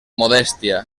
modèstia